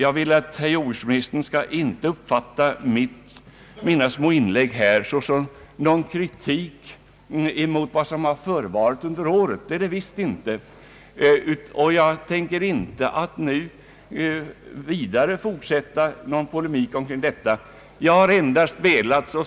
Jag vill att herr jordbruksministern inte skall uppfatta mina små inlägg såsom någon kritik mot vad som förevarit under året, och jag tänker inte heller nu fortsätta med någon polemik om den saken.